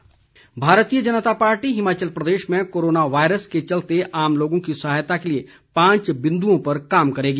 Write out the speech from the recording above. बिंदल भारतीय जनता पार्टी हिमाचल प्रदेश में corona virus के चलते आम लोगों की सहायता के लिए पांच बिंदुओं पर कार्य करेगी